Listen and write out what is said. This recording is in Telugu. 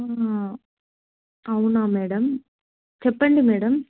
అవునా మేడం చెప్పండి మేడం